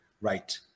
right